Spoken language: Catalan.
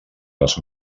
les